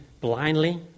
blindly